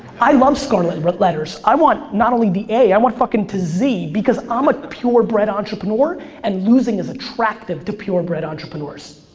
i love scarlet letters. i want not only the a, i want fucking to z. because i'm a purebred entrepreneur and losing is attractive to purebred entrepreneurs.